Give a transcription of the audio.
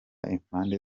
impande